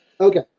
Okay